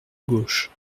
gauche